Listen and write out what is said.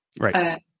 Right